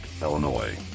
Illinois